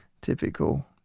typical